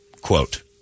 quote